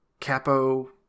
capo